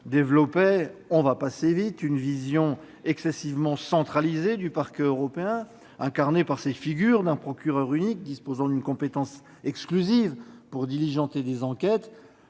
développait une vision excessivement centralisée du Parquet européen, incarnée par la figure d'un procureur unique disposant d'une compétence exclusive pour diligenter des enquêtes